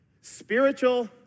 spiritual